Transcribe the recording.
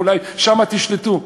אולי שם תשלטו,